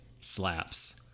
slaps